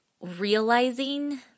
realizing